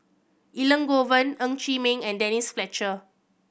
Elangovan Ng Chee Meng and Denise Fletcher